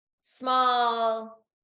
small